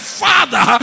father